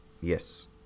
Yes